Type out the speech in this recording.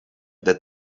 that